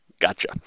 gotcha